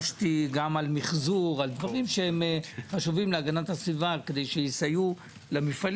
המדינה לא מנהלת מאבק היכן שצריך על הגנת הסביבה.